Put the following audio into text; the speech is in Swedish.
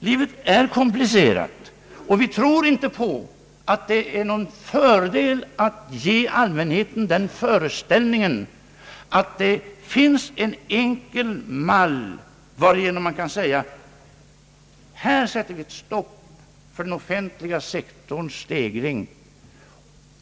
Livet är komplicerat, och vi tror inte att det är någon fördel att ge allmänheten den föreställningen att det finns en enkel mall enligt vilken man kan säga: Här sätter vi ett stopp för den offentliga sektorns stegring.